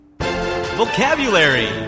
Vocabulary